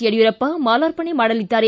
ಯಡಿಯೂರಪ್ಪ ಮಾಲಾರ್ಪಣೆ ಮಾಡಲಿದ್ದಾರೆ